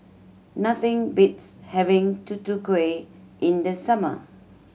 nothing beats having Tutu Kueh in the summer